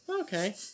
Okay